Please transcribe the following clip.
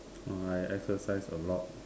oh I exercise a lot